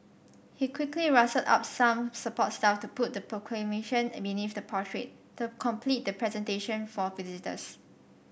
he quickly rustled up some support staff to put the proclamation a beneath the portrait to complete the presentation for visitors